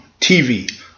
TV